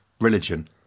religion